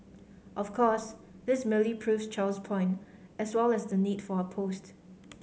of course this merely proves Chow's point as well as and the need for her post